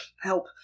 help